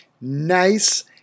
nice